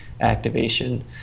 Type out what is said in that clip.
activation